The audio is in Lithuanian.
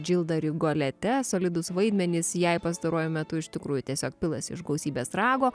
džilda rigolete solidus vaidmenys jai pastaruoju metu iš tikrųjų tiesiog pilasi iš gausybės rago